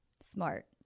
smart